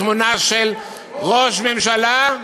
תמונה של ראש ממשלה,